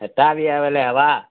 ହେଟା ଭି ହେ ବୋଇଲେ ହେବା